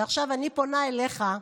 ועכשיו אני פונה אליך,